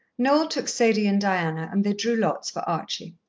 noel took sadie and diana, and they drew lots for archie.